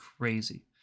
crazy